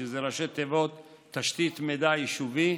שזה ראשי תיבות של תשתית מידע יישובי,